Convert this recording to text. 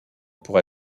pour